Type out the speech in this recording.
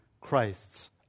Christ's